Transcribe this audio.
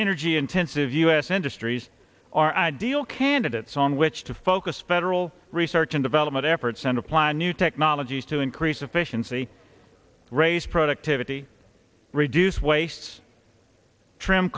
energy intensive u s industries are ideal candidates on which to focus federal research and development efforts and apply new technologies to increase efficiency raise productivity reduce wastes trim